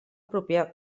pròpiament